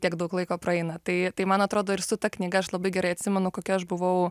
tiek daug laiko praeina tai tai man atrodo ir su ta knyga aš labai gerai atsimenu kokia aš buvau